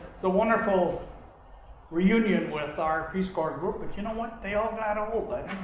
a wonderful reunion with our peace corps group. but you know what? they all got old. but